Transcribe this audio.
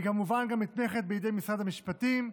היא כמובן גם נתמכת על ידי משרד המשפטים,